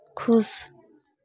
खुश